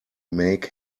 make